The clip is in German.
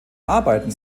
arbeiten